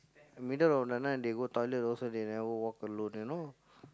middle of the night they go toilet also they never walk alone you know